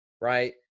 right